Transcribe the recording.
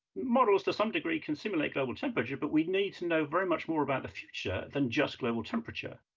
models, to some degree, can simulate global temperature, but we need to know very much more about the future than just global temperature.